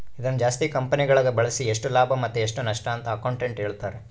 ಇದನ್ನು ಜಾಸ್ತಿ ಕಂಪೆನಿಗಳಗ ಬಳಸಿ ಎಷ್ಟು ಲಾಭ ಮತ್ತೆ ಎಷ್ಟು ನಷ್ಟಅಂತ ಅಕೌಂಟೆಟ್ಟ್ ಹೇಳ್ತಾರ